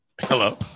hello